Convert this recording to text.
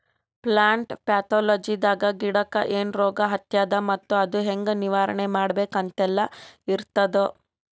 plant ಪ್ಯಾಥೊಲಜಿದಾಗ ಗಿಡಕ್ಕ್ ಏನ್ ರೋಗ್ ಹತ್ಯಾದ ಮತ್ತ್ ಅದು ಹೆಂಗ್ ನಿವಾರಣೆ ಮಾಡ್ಬೇಕ್ ಅಂತೆಲ್ಲಾ ಇರ್ತದ್